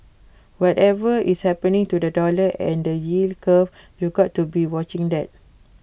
whatever is happening to the dollar and the yield curve you've got to be watching that